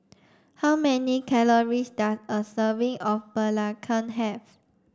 how many calories does a serving of Belacan have